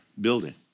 building